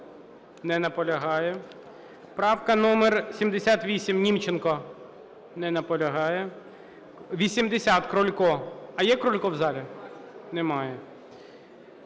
Не наполягає. Правка номер 78, Німченко. Не наполягає. 80, Крулько. А є Крулько в залі? Немає.